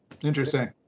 interesting